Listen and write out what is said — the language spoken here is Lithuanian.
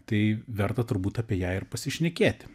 tai verta turbūt apie ją ir pasišnekėti